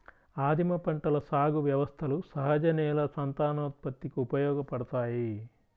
ఆదిమ పంటల సాగు వ్యవస్థలు సహజ నేల సంతానోత్పత్తికి ఉపయోగపడతాయి